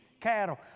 cattle